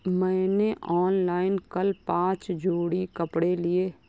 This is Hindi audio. मैंने ऑनलाइन कल पांच जोड़ी कपड़े लिए